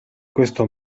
questo